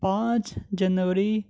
پانچ جنوری